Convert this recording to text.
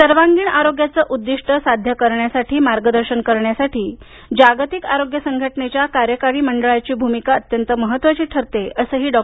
सर्वांगीण आरोग्याचे उद्दिष्ट साध्य करण्यासाठी मार्गदर्शन करण्यासाठी जागतिक आरोग्य संघटनेच्या कार्यकारी मंडळाची भूमिका अत्यंत ठरते असंही डॉ